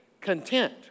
content